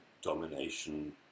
domination